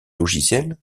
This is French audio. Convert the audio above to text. logiciels